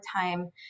time